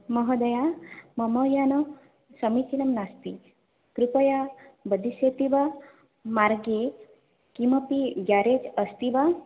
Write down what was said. महोदय मम यानं समीचीनं नास्ति कृपया वदिष्यति वा मार्गे किमपि गेरेज् अस्ति वा